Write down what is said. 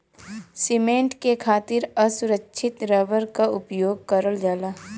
cement के खातिर असुरछित रबर क उपयोग करल जाला